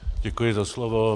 Děkuji za slovo.